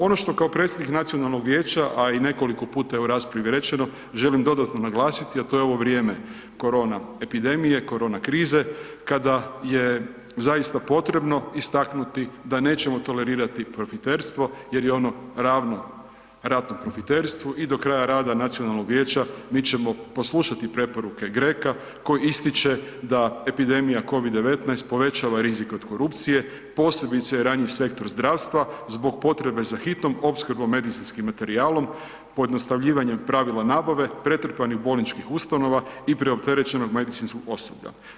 Ono što kao predsjednik Nacionalnog vijeća a i nekoliko puta je u raspravi rečeno, želim dodatno naglasiti a to je ovo vrijeme korona epidemije, korona krize, kada je zaista potrebno istaknuti da nećemo tolerirati profiterstvo jer je ono ravno ratnom profiterstvu i do kraja rada Nacionalnog vijeća mi ćemo poslušati preporuke GRECO-a koji ističe da epidemija COVID-19 povećava rizik od korupcije, posebice je ranjiv sektor zdravstva zbog potrebe za hitnom opskrbom medicinskim materijalom, pojednostavljivanjem pravila nabave, pretrpanih bolničkih ustanova i preopterećenog medicinskog osoblja.